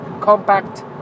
compact